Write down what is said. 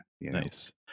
Nice